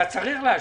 אתה צריך להשיב.